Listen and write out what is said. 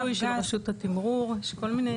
הרישוי, של רשות התמרור, יש כל מיני.